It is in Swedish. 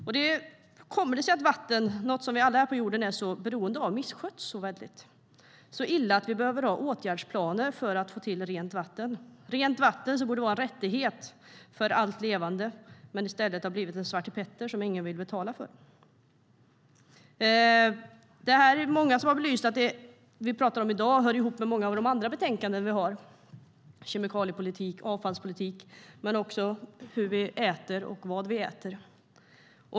Hur kommer det sig att vatten, vilket är något vi alla på jorden är beroende av, missköts så väldigt - så illa att vi behöver ha åtgärdsplaner för att få till rent vatten? Rent vatten borde vara en rättighet för allt levande men har i stället blivit en Svarte Petter som ingen vill betala för. Det är många som har belyst att det vi talar om i dag hör ihop med många av de andra betänkanden vi har, som kemikaliepolitik, avfallspolitik samt hur och vad vi äter.